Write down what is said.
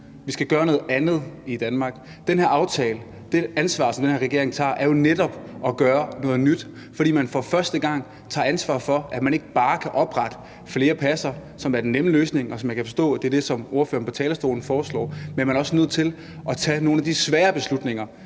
vi skal gøre noget andet i Danmark. Men den her aftale, det ansvar, som den her regering tager, er jo netop at gøre noget nyt, fordi man for første gang tager et ansvar for, at man ikke bare kan oprette flere pladser, som er den nemme løsning, og som jeg kan forstå er det, som ordføreren på talerstolen foreslår, men man er også nødt til at tage nogle af de svære beslutninger